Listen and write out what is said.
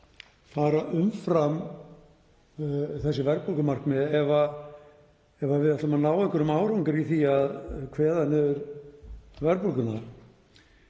fara umfram þessi verðbólgumarkmið ef við ætlum að ná einhverjum árangri í því að kveða niður verðbólguna.